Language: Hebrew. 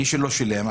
מי שלא שילם,